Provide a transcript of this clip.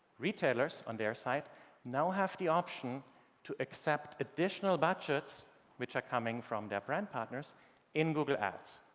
retailers on their side now have the option to accept additional budgets which are coming from their brand partners in google ads.